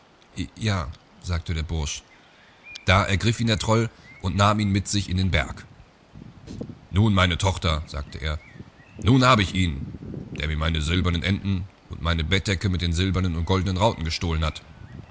ja a sagte der bursch da ergriff ihn der troll und nahm ihn mit sich in den berg nun meine tochter sagte er nun hab ich ihn der mir meine silbernen enten und meine bettdecke mit den silbernen und goldnen rauten gestohlen hat